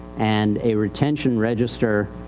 and a retention register, ah,